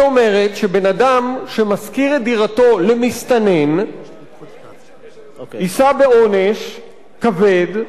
היא אומרת שבן-אדם שמשכיר את דירתו למסתנן יישא בעונש כבד,